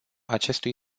acestui